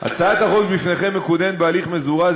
הצעת החוק שבפניכם מקודמת בהליך מזורז,